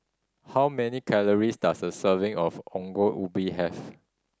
how many calories does a serving of Ongol Ubi have